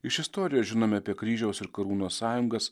iš istorijos žinome apie kryžiaus ir karūnos sąjungas